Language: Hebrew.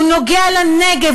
הוא נוגע לנגב,